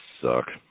suck